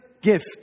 gift